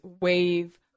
wave